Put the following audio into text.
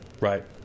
Right